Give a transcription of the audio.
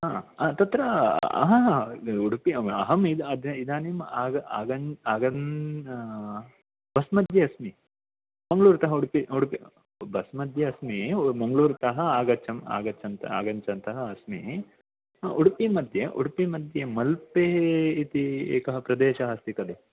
हा तत्र अहा हा उडुपि अहं अद् इदानीं आग आग आगन् बस् मध्ये अस्मि मङ्गलूरुतः उडुपि उडुपि बस् मध्ये अस्मि मङ्गलूरुतः आगच्छम् आगच्छन् आगच्छतः अस्मि उडुपि मध्ये उडुपि मध्ये मल्पे इति एकः प्रदेशः अस्ति खलु